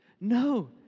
No